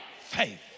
faith